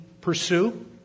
pursue